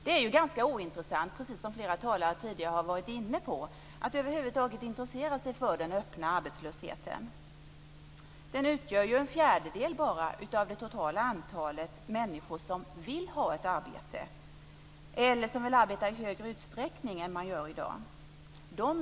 Det är, precis som flera talare varit inne på, ganska ointressant att över huvud taget intressera sig för den öppna arbetslösheten. Där handlar det ju bara om en fjärdedel av det totala antalet människor som vill ha ett arbete eller som vill arbeta mer än man i dag gör.